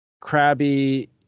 crabby